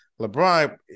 LeBron